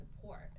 support